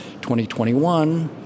2021